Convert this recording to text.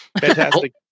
Fantastic